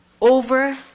Over